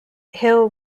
hill